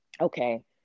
okay